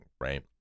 right